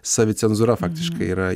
savicenzūra faktiškai yra